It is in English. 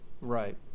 right